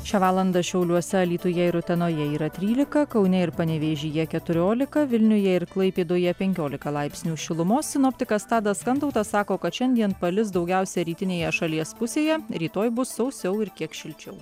šią valandą šiauliuose alytuje ir utenoje yra trylika kaune ir panevėžyje keturiolika vilniuje ir klaipėdoje penkiolika laipsnių šilumos sinoptikas tadas kantautas sako kad šiandien palis daugiausiai rytinėje šalies pusėje rytoj bus sausiau ir kiek šilčiau